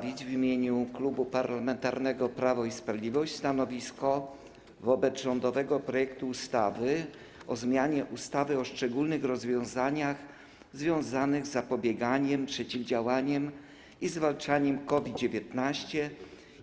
W imieniu Klubu Parlamentarnego Prawo i Sprawiedliwość pragnę przedstawić stanowisko wobec rządowego projektu ustawy o zmianie ustawy o szczególnych rozwiązaniach związanych z zapobieganiem, przeciwdziałaniem i zwalczaniem COVID-19,